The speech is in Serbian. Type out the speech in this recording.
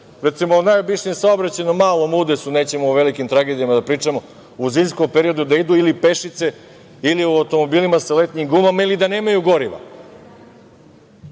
recimo, u najobičnijem saobraćajnom malom udesu, nećemo o velikim tragedijama da pričamo, u zimskom periodu da idu ili pešice ili u automobilima sa letnjim gumama ili da nemaju goriva?